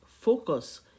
focus